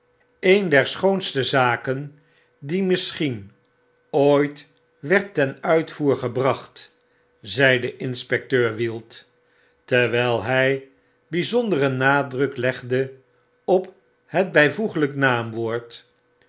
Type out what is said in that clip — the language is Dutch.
een der schoonste zaken die misschien ooit werd ten uitvoer gebracht zeide inspecteur wield terwyl hy byzonderen nadruk legde op het by voeglijk naamwoord